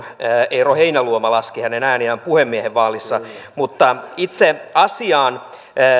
eero heinäluoma laski hänen ääniään puhemiehen vaalissa mutta itse asiaan